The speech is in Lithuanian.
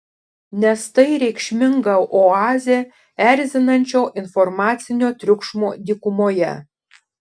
nes tai reikšminga oazė erzinančio informacinio triukšmo dykumoje